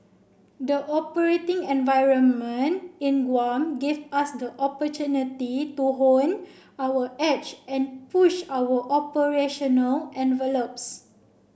the operating environment in Guam gave us the opportunity to hone our edge and push our operational envelopes